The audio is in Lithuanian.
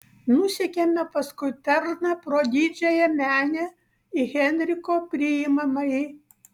nusekėme paskui tarną pro didžiąją menę į henriko priimamąjį